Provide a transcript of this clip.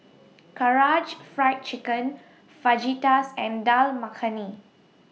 Karaage Fried Chicken Fajitas and Dal Makhani